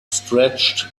stretched